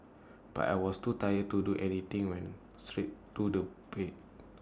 but I was too tired to do anything went straight to do bed